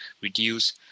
reduce